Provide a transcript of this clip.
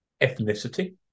ethnicity